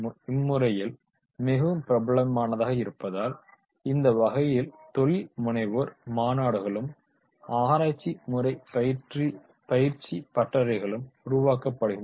இம்முறை மிகவும் பிரபலமானதாக இருப்பதால் இந்த வகையில் தொழில் முனைவோர் மாநாடுகளும் ஆராய்ச்சி முறை பயிற்சி ஒர்க்கஷாப் உருவாக்கப்படுகின்றன